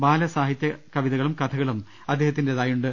ബാലസാഹിത്യ കവിതകളും കഥകളും അദ്ദേ ഹത്തിന്റേതായുണ്ട്